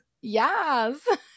Yes